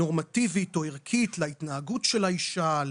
נורמטיבית או ערכית להתנהגות של האישה,